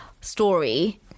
story